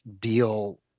deal